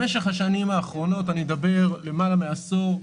במשך השנים האחרונות, למעלה מעשור,